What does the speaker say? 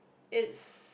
it's